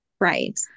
Right